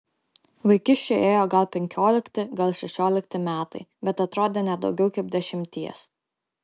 vaikiščiui ėjo gal penkiolikti gal šešiolikti metai bet atrodė ne daugiau kaip dešimties